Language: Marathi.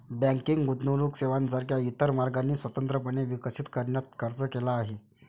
बँकिंग गुंतवणूक सेवांसारख्या इतर मार्गांनी स्वतंत्रपणे विकसित करण्यात खर्च केला आहे